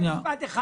רק משפט אחד,